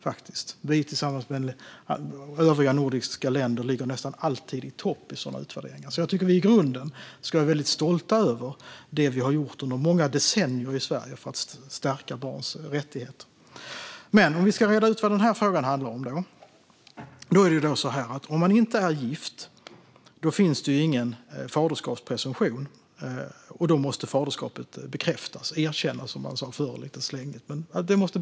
Vi ligger nästan alltid i topp i sådana utvärderingar, tillsammans med övriga nordiska länder, så jag tycker att vi i grunden ska vara stolta över det som vi har gjort under många decennier i Sverige för att stärka barns rättigheter. För att reda ut vad frågan handlar om är det så att om man inte är gift finns det ingen faderskapspresumtion, och då måste faderskapet bekräftas, eller erkännas som man sa förr lite slängigt.